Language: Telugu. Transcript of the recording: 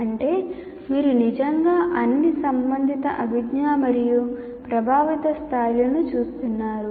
అంటే మీరు నిజంగా అన్ని సంబంధిత అభిజ్ఞా మరియు ప్రభావిత స్థాయిలను చూస్తున్నారు